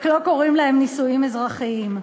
רק לא קוראים להן נישואים אזרחיים.